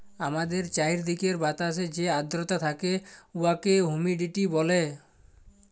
আমাদের চাইরদিকের বাতাসে যে আদ্রতা থ্যাকে উয়াকে হুমিডিটি ব্যলে